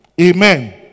Amen